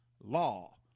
law